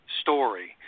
story